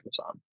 Amazon